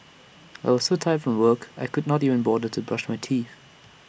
I was so tired from work I could not even bother to brush my teeth